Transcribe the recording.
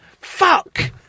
Fuck